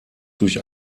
durch